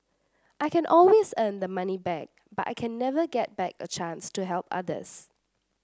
I can always earn the money back but I can never get back a chance to help others